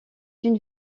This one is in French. une